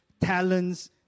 talents